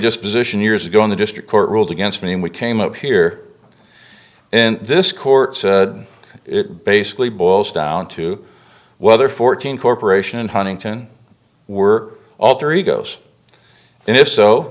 disposition years ago in the district court ruled against me and we came up here and this court said it basically boils down to whether fourteen corporation in huntington were alter egos and if so